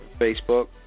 Facebook